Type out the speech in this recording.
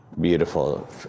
beautiful